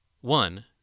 One